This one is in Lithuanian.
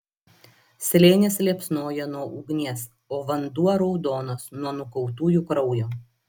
slėnis liepsnoja nuo ugnies o vanduo raudonas nuo nukautųjų kraujo